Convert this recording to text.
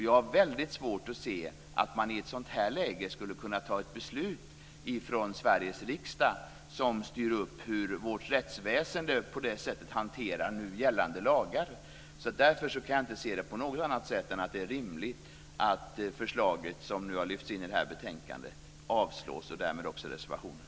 Jag har väldigt svårt att se hur man i ett sådant läge skulle kunna fatta ett beslut i Sveriges riksdag som styr upp hur vårt rättsväsende hanterar nu gällande lagar. Därför kan jag inte se det på något annat sätt än att det är rimligt att det förslag som har lyfts in i det här betänkandet avslås och därmed avslås också reservationen.